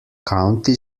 county